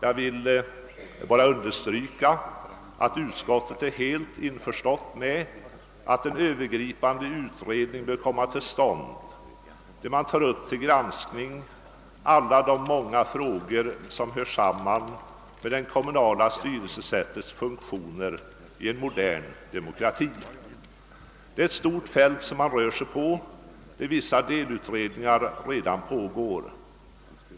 Jag vill bara understryka att utskottet är helt införstått med att en övergripande utredning bör komma till stånd, där man tar upp till granskning alla de många spörsmål som hör samman med det kommunala styrelsesättets funktioner i en modern demokrati. Det är ett stort fält som man härvid rör sig på och där vissa delutredningar redan pågår.